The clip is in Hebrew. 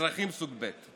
ואזרחים סוג ב'.